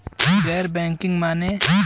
गैर बैंकिंग माने?